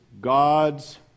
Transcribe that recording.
God's